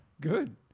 Good